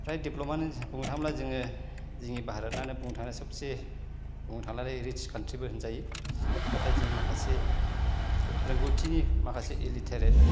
फ्राय डेभेलपआनो बुंनो थाङोब्ला जोङो जोंनि भारतनानो बुंनो थाङोब्ला सबसे बुंनो थांनानै रिच कान्ट्रिबो होनजायो नाथाय जोंनि माखासे रोंगौथिनि माखासे लिटारेट